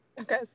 Okay